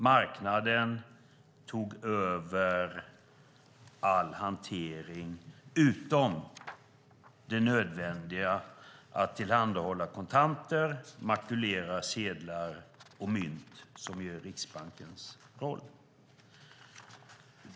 Marknaden tog över all hantering utom det nödvändiga - att tillhandahålla kontanter och makulera sedlar och mynt, som ju är Riksbankens roll.